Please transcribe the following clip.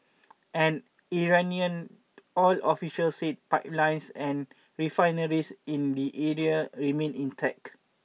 an Iranian oil official said pipelines and refineries in the area remained intact